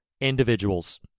individuals